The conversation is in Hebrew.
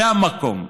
זה המקום.